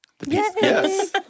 Yes